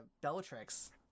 Bellatrix